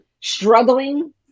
struggling